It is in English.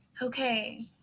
okay